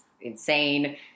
insane